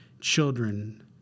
children